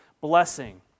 blessing